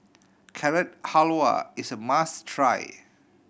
Carrot Halwa is a must try